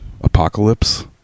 Apocalypse